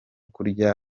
kurya